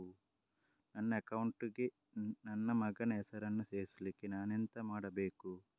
ನನ್ನ ಅಕೌಂಟ್ ಗೆ ನನ್ನ ಮಗನ ಹೆಸರನ್ನು ಸೇರಿಸ್ಲಿಕ್ಕೆ ನಾನೆಂತ ಮಾಡಬೇಕು?